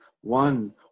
one